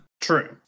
True